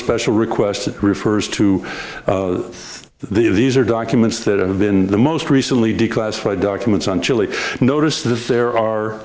special request it refers to these are documents that have been the most recently declassified documents on chile notice that there are